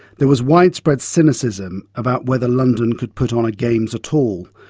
there was widespread cynicism about whether london could put on a games at all.